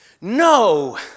no